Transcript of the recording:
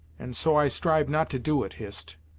and so i strive not to do it, hist,